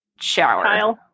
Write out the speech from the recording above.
shower